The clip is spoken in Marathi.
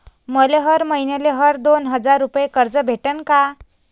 मले हर मईन्याले हर दोन हजार रुपये कर्ज भेटन का?